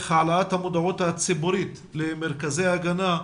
העלאת המודעות הציבורית למרכזי ההגנה.